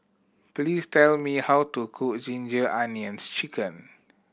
please tell me how to cook Ginger Onions Chicken